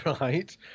Right